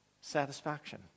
satisfaction